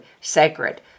sacred